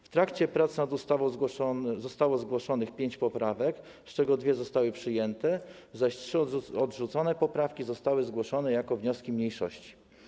W trakcie prac nad ustawą zostało zgłoszonych pięć poprawek, z czego dwie zostały przyjęte, zaś trzy odrzucone poprawki zostały zgłoszone jako wnioski mniejszości.